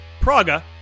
Praga